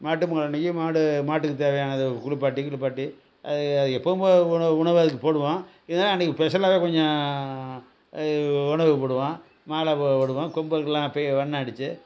மாட்டு பொங்கல் அன்னைக்கி மாடு மாட்டுக்கு தேவையானது குளிப்பாட்டி கிளிப்பாட்டி அது எப்பவும் போல் உ உணவை அதுக்கு போடுவோம் இருந்தாலும் அன்னைக்கி ஸ்பெஷலாகவே கொஞ்சம் உணவு போடுவோம் மாலை போடுவோம் கொம்புக்கெலாம் பெ வண்ணம் அடித்து